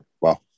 Wow